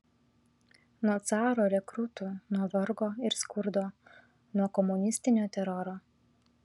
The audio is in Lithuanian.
nuo caro rekrūtų nuo vargo ir skurdo nuo komunistinio teroro